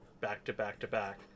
back-to-back-to-back